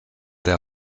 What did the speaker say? der